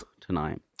tonight